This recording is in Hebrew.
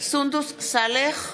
סונדוס סאלח,